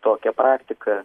kitokią praktiką